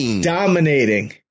dominating